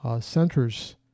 centers